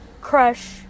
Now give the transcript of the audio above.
crush